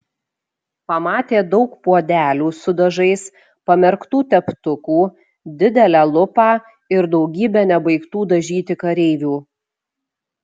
pamatė daug puodelių su dažais pamerktų teptukų didelę lupą ir daugybę nebaigtų dažyti kareivių